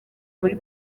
muri